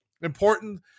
important